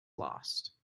lost